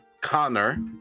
Connor